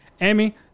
Amy